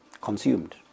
consumed